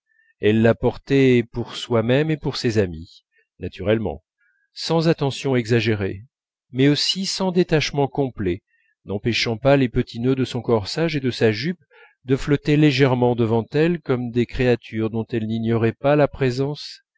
elle la portait pour soi-même et pour ses amis naturellement sans attention exagérée mais aussi sans détachement complet n'empêchant pas les petits nœuds de son corsage et de sa jupe de flotter légèrement devant elle comme des créatures dont elle n'ignorait pas la présence